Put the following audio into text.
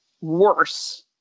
worse